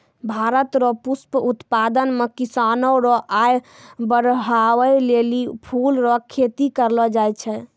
भारत रो पुष्प उत्पादन मे किसानो रो आय बड़हाबै लेली फूल रो खेती करलो जाय छै